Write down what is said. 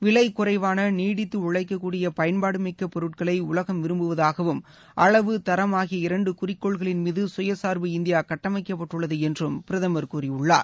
விலை குறைவான நீடித்து உழைக்கக்கூடிய பயன்பாடு மிக்க பொருட்களை உலகம் விரும்புவதாகவும் அளவு தரம் ஆகிய இரண்டு குறிக்கோள்களின் மீது சுயசார்பு இந்தியா கட்டமைக்கப்பட்டுள்ளது என்றும் பிரதமர் கூறியுள்ளார்